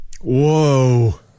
whoa